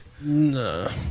no